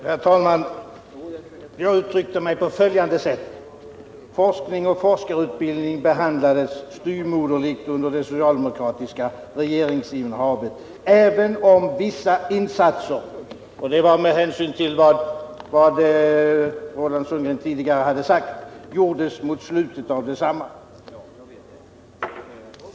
Herr talman! Jag uttryckte mig på följande sätt. Forskning och forskarutbildning behandlades styvmoderligt under det socialdemokratiska regeringsinnehavet, även om vissa insatser — och det sade jag med tanke på vad Roland Sundgren tidigare yttrat — gjordes mot slutet av detsamma.